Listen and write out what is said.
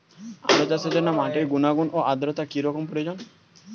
আলু চাষের জন্য মাটির গুণাগুণ ও আদ্রতা কী রকম প্রয়োজন?